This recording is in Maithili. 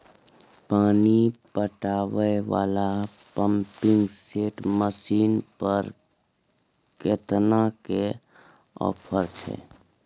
पानी पटावय वाला पंपिंग सेट मसीन पर केतना के ऑफर छैय?